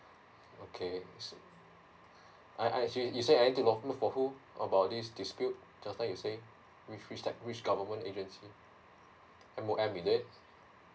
okay so I I say you say I can go for who about this dispute just like you say which which government agency M O M is it